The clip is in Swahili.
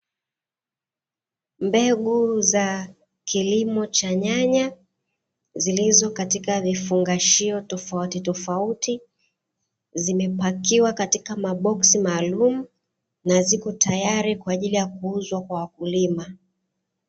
Mbegu za kilimo cha nyanya zilizo katika vifungashio tofauti tofauti, zimepakiwa katika maboxi maalum, na zipo tayari kwa ajili ya kuuzwa kwa wakulima.